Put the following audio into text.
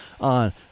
on